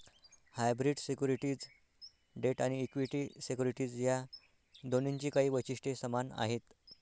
hybrid securities debt आणि equity securities या दोन्हींची काही वैशिष्ट्ये समान आहेत